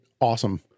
awesome